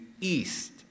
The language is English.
east